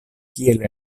kiel